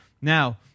Now